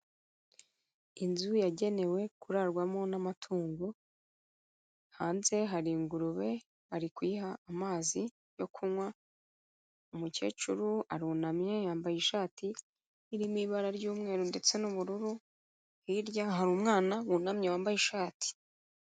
Inzu yagenewe kurarwamo n'amatungo, hanze hari ingurube bari kuyiha amazi yo kunywa, umukecuru arunamye yambaye ishati irimo ibara ry'umweru ndetse n'ubururu, hirya hari umwana wunamye wambaye ishati.